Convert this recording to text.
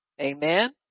amen